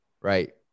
Right